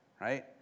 right